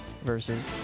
versus